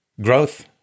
Growth